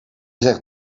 zegt